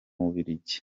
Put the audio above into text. bubiligi